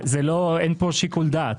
אין פה שיקול דעת.